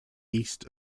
east